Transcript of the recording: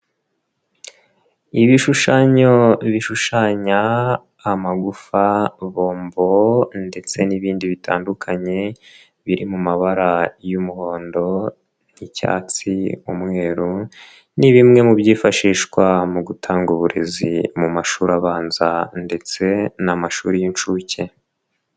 Ibishushanyo bishushanya amagufa, bombo ndetse n'ibindi bitandukanye biri mu mabara y'umuhondo, icyatsi, umweru, ni bimwe mu byifashishwa mu gutanga uburezi mu mashuri abanza ndetse n'amashuri y'inshuke.